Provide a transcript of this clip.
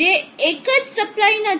જે એક જ સપ્લાય નથી